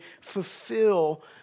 fulfill